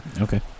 Okay